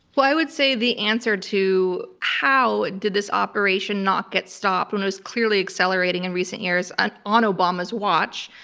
well, i would say the answer to how did this operation not get stopped when it was clearly accelerating in recent years and on obama's watch,